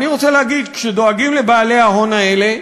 ואני רוצה להגיד, כשדואגים לבעלי ההון האלה,